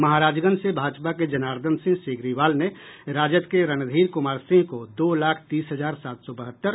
महाराजगंज से भाजपा के जर्नादन सिंह सिग्रीवाल ने राजद के रणधीर कुमार सिंह को दो लाख तीस हजार सात सौ बहत्तर